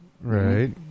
Right